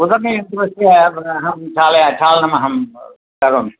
वदामि किन्तु अस्य पुनः क्षालय क्षालनमहं करोमि